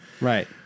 Right